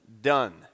done